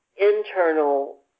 internal